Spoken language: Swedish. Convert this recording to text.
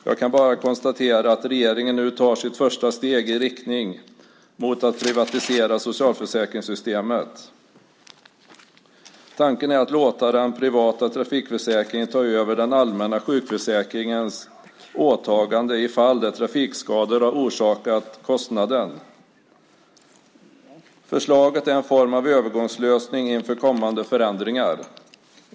Jag kan bara konstatera att regeringen nu tar sitt första steg i riktning mot att privatisera socialförsäkringssystemet. Tanken är att låta den privata trafikförsäkringen ta över den allmänna sjukförsäkringens åtagande i fall där trafikskador har orsakat kostnaden. Förslaget är en form av övergångslösning inför kommande förändringar.